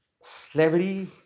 slavery